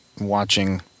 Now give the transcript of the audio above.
watching